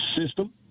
system